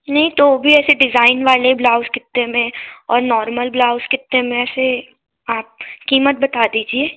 नहीं तो वो भी ऐसे डिज़ाइन वाले ब्लाउज़ कितने में और नॉर्मल ब्लाउज़ कितने में ऐसे आप कितना कीमत बता दीजिए